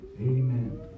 amen